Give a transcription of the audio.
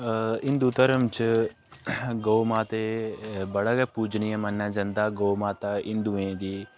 हिन्दू धर्म च गौ माते बड़ा गै पूजनिये मन्नेआ जंदा ऐ गौ माता हिन्दुएं दी